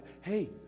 Hey